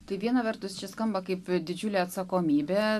tai viena vertus čia skamba kaip didžiulė atsakomybė